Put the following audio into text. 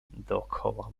dookoła